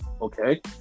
okay